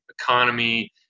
economy